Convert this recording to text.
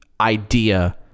idea